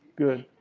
good.